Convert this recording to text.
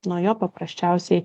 nuo jo paprasčiausiai